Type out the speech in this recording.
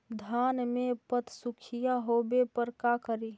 धान मे पत्सुखीया होबे पर का करि?